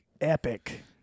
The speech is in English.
epic